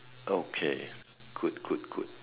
okay good good good